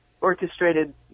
orchestrated